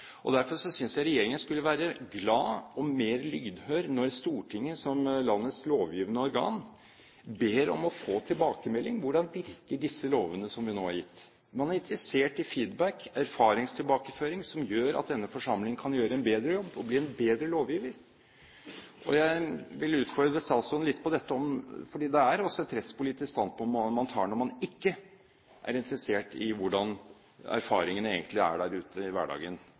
Derfor synes jeg regjeringen skulle være glad og mer lydhør når Stortinget som landets lovgivende organ ber om å få tilbakemelding på hvordan disse lovene som vi nå har gitt, virker. Man er interessert i feedback og erfaringstilbakeføring, som gjør at denne forsamling kan gjøre en bedre jobb og bli en bedre lovgiver. Jeg vil utfordre statsråden litt på dette, for det er også et rettspolitisk standpunkt man tar når man ikke er interessert i hvordan erfaringene egentlig er der ute i hverdagen